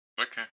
Okay